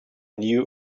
new